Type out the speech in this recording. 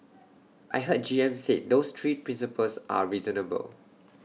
I heard G M said those three principles are reasonable